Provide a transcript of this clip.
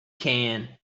can